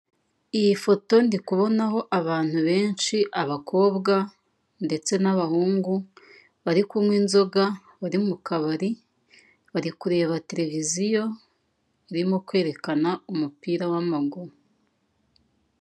Iyi foto ndi kubonaho abantu benshi abakobwa ndetse n'abahungu bari kunywa inzoga bari mu kabari, bari kureba televiziyo irimo kwerekana umupira w'amaguru.